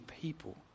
people